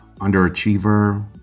underachiever